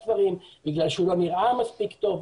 בגלל שהוא לא נראה מספיק טוב,